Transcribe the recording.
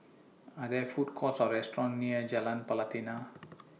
Are There Food Courts Or restaurants near Jalan Pelatina